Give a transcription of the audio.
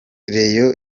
reyo